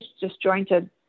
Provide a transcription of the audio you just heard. disjointed